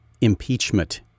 impeachment